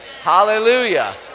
Hallelujah